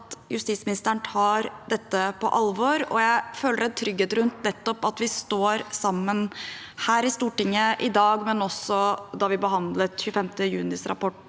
justisministeren tar dette på alvor, og jeg føler en trygghet rundt at vi står sammen her i Stortinget – i dag, men også da vi behandlet 25. juni-rapporten